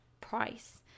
price